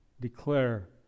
declare